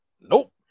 Nope